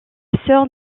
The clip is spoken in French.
sœur